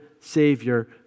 Savior